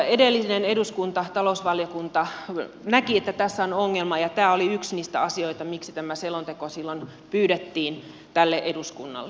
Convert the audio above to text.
edellinen eduskunta talousvaliokunta näki että tässä on ongelma ja tämä oli yksi niistä asioista miksi tämä selonteko silloin pyydettiin tälle eduskunnalle